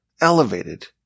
elevated